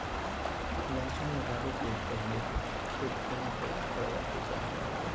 लहसुन लगाबै के पहिले खेत केना तैयार करबा के चाही?